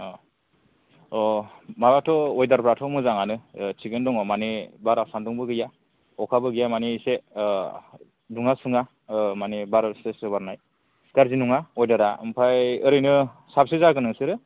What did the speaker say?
अ अह माबाथ' वेदार फोराथ' मोजाङानो थिगैनो दङ माने बारा सान्दुंबो गैया अखाबो गैया माने इसे दुङा सुङा माने बार स्रो स्रो बारनाय गाज्रि नङा वेदार आ ओमफ्राय ओरैनो साबेसे जागोन नोंसोरो